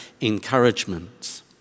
encouragement